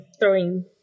...throwing